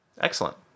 Excellent